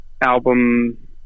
album